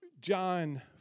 John